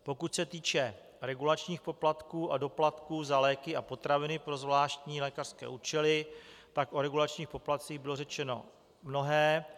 Pokud se týče regulačních poplatků a doplatků za léky a potraviny pro zvláštní lékařské účely, tak o regulačních poplatcích bylo řečeno mnohé.